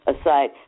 Aside